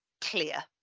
clear